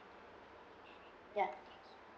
yup